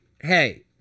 Hey